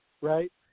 right